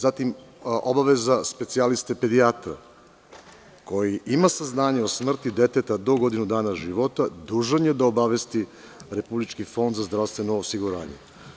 Zatim, obaveza specijaliste pedijatra, koji ima saznanja o smrti deteta do godine dana života, dužan je da obavesti Republički fond za zdravstveno osiguranje.